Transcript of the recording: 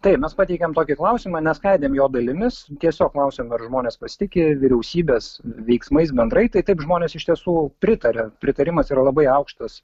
taip mes pateikėm tokį klausimą neskaidėm jo dalimis tiesiog klausėm ar žmonės pasitiki vyriausybės veiksmais bendrai tai taip žmonės iš tiesų pritarė pritarimas yra labai aukštas